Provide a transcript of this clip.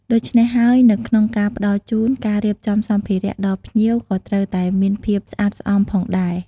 ដូច្នេះ ហើយនៅក្នុងការផ្ដល់ជូន ការរៀបចំសម្ភារៈដល់ភ្ញៀវក៏ត្រូវតែមានភាពស្អាតស្អំផងដែរ។